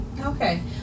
Okay